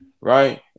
right